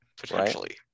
Potentially